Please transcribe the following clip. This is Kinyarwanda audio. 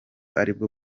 aribwo